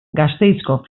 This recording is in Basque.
gasteizko